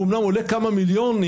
הוא אומנם עולה כמה מיליונים,